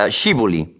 Scivoli